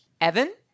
Evan